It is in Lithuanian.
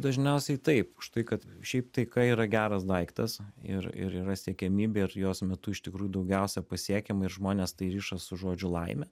dažniausiai taip užtai kad šiaip taika yra geras daiktas ir ir yra siekiamybė ir jos metu iš tikrųjų daugiausia pasiekiama žmones tai riša su žodžiu laimė